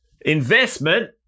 Investment